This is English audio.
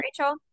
Rachel